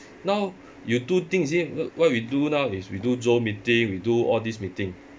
now you do things in what we do now is we do zoom meeting we do all this meeting